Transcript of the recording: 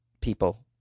people